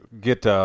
get –